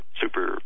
super